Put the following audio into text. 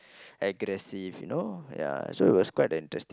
aggressive you know so yeah it was quite a interesting